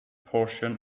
portion